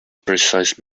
precise